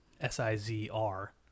S-I-Z-R